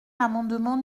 l’amendement